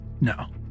no